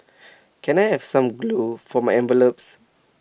can I have some glue for my envelopes